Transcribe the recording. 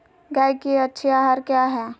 गाय के अच्छी आहार किया है?